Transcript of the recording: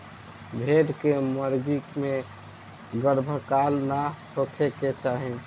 भेड़ के गर्मी में गर्भकाल ना होखे के चाही